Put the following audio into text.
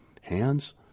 hands